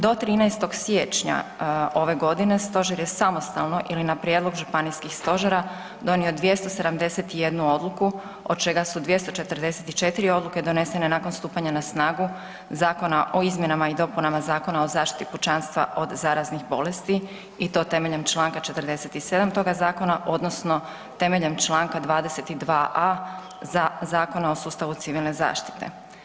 Do 13. siječnja ove godine stožer je samostalno ili na prijedlog županijskih stožera donio 271 odluku od čega su 244 odluke donesene nakon stupanja na snagu Zakona o izmjenama i dopunama Zakona o zaštiti pučanstva od zaraznih bolesti i to temeljem čl. 47. toga zakona odnosno temeljem čl. 22.a. Zakona o sustavu civilne zaštite.